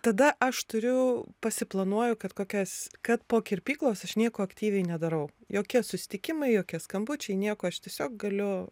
tada aš turiu pasiplanuoju kad kokias kad po kirpyklos aš nieko aktyviai nedarau jokie susitikimai jokie skambučiai nieko aš tiesiog galiu